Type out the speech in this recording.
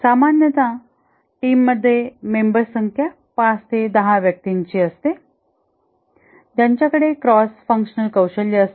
सामान्यत टीममध्ये मेंबर्स संख्या 5 ते 10 व्यक्तींची असते ज्यांच्याकडे क्रॉस फंक्शनल कौशल्य असते